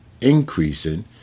increasing